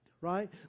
right